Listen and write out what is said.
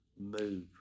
Move